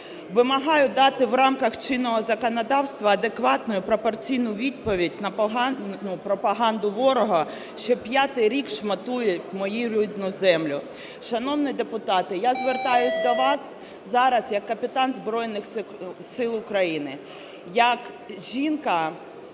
Вимагаю дати в рамках чинного законодавства адекватну і пропорційну відповідь на погану пропаганду ворога, що п'ятий рік шматують мою рідну землю". Шановні депутати, я звертаюсь до вас зараз як капітан Збройних Сил України, як жінка,